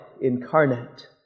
incarnate